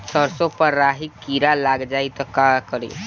सरसो पर राही किरा लाग जाई त का करी?